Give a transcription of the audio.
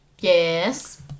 yes